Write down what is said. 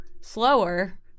slower